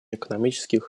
экономических